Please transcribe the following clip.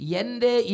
Yende